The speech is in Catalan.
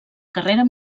carrera